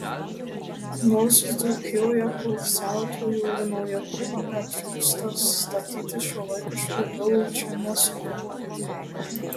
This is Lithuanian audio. nors dzūkijoje poilsiautojų ir naujakurių netrūksta statyti šiuolaikiškų vilų čia neskubama